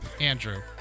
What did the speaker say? Andrew